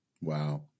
Wow